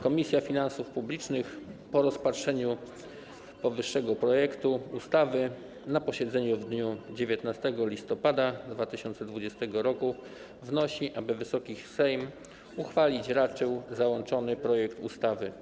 Komisja Finansów Publicznych po rozpatrzeniu powyższego projektu ustawy na posiedzeniu w dniu 19 listopada 2020 r. wnosi, aby Wysoki Sejm uchwalić raczył załączony projekt ustawy.